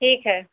ठीक है